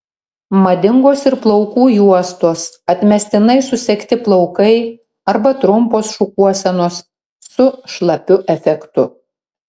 madingos ir plaukų juostos atmestinai susegti plaukai arba trumpos šukuosenos su šlapiu efektu